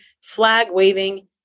flag-waving